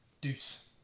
Deuce